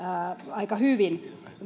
aika hyvin